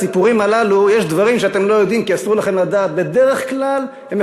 הסיפורים הללו: יש דברים שאתם לא יודעים כי אסור לכם לדעת,